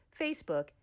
Facebook